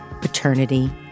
paternity